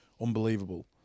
unbelievable